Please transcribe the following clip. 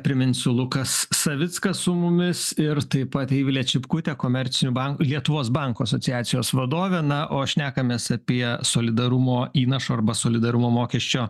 priminsiu lukas savickas su mumis ir taip pat eivilė čipkutė komercinių bank lietuvos bankų asociacijos vadovė na o šnekamės apie solidarumo įnašo arba solidarumo mokesčio